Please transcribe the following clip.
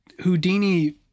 Houdini